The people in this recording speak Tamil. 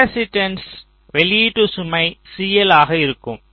காப்பாசிட்டன்ஸ்ன் வெளியீட்டு சுமை CL ஆக இருக்கம்